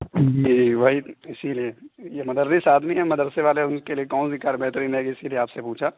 جی وہی اسی لیے یہ مدرس آدمی ہیں مدرسے والے ان کے لیے کون سی کار بہترین رہے گی اسی لیے آپ سے پوچھا